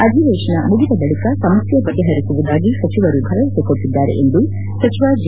ಅಧಿವೇಶನ ಮುಗಿದ ಬಳಿಕ ಸಮಸ್ನೆ ಬಗೆಪರಿಸುವುದಾಗಿ ಸಚಿವರು ಭರವಸೆ ಕೊಟ್ಸದ್ದಾರೆ ಎಂದು ಸಚಿವ ಜಿ